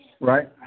right